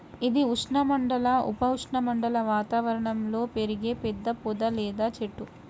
ఇది ఉష్ణమండల, ఉప ఉష్ణమండల వాతావరణంలో పెరిగే పెద్ద పొద లేదా చెట్టు